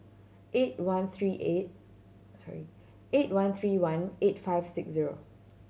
eight one three eight sorry eight one three one eight five six zero